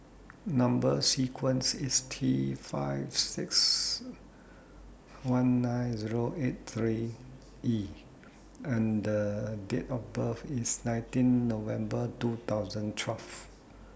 Number sequence IS T five six one nine Zero eight three E and Date of birth IS nineteen November twenty twelve